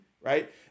right